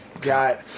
got